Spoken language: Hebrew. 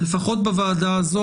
לפחות בוועדה הזו,